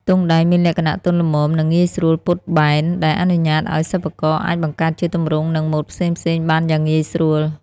ទង់ដែងមានលក្ខណៈទន់ល្មម និងងាយស្រួលពត់បែន ដែលអនុញ្ញាតឲ្យសិប្បករអាចបង្កើតជាទម្រង់ និងម៉ូដផ្សេងៗបានយ៉ាងងាយស្រួល។